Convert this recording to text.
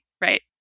right